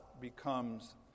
becomes